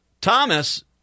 Thomas